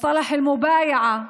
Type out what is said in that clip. (אומרת בערבית: מונח ה"מובאייעה",